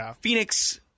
Phoenix